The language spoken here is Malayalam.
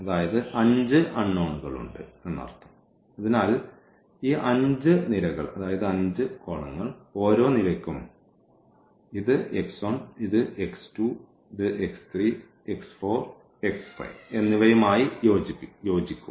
അതിനാൽ 5 അൺനോണുകളുണ്ട് അതിനാൽ ഈ 5 നിരകൾ ഓരോ നിരയ്ക്കും ഇത് ഇത് ഇത് ഇത് ഇത് എന്നിവയുമായി യോജിക്കും